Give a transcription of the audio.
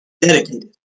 dedicated